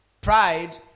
Pride